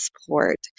support